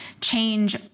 change